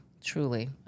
truly